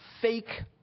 fake